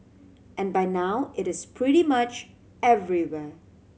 and by now it is pretty much everywhere